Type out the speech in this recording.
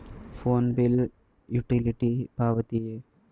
Phone bill utility ಪಾವತಿಯೇ?